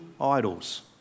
idols